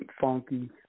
funky